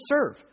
serve